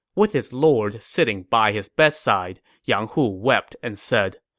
with his lord sitting by his bedside, yang hu wept and said,